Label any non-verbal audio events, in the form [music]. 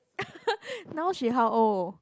[laughs] now she how old